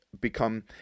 become